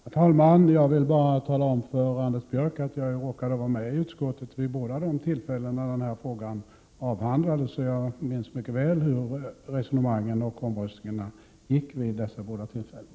Herr talman! Jag vill bara tala om för Anders Björck att jag råkade vara med vid båda de tillfällen då den här frågan avhandlades i utskottet. Jag minns mycket väl hur resonemangen och omröstningarna gick vid dessa båda tillfällen.